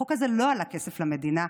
החוק הזה לא עלה כסף למדינה,